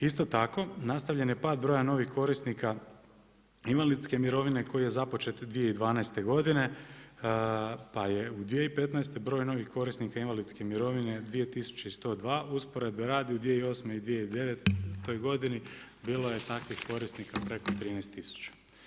Isto tako nastavljen je pad broja novih korisnika invalidske mirovine koji je započet 2012. godine pa je u 2015. broj novih korisnika invalidske mirovine 2 tisuće i 102, usporede radi u 2008. i 2009. godini bilo je takvih korisnika preko 13 tisuća.